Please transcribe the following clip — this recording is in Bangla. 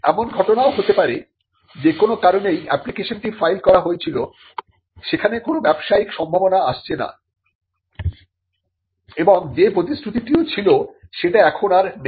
এমন ঘটনাও হতে পারে যে কোন কারণেই অ্যাপ্লিকেশনটি ফাইল করা হয়েছিল সেখানে কোনো ব্যবসায়িক সম্ভাবনা আসছে না এবং যে প্রতিশ্রুতিও ছিল সেটা এখন আর নেই